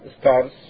stars